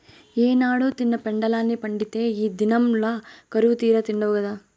ఏనాడో తిన్న పెండలాన్ని పండిత్తే ఈ దినంల కరువుతీరా తిండావు గదా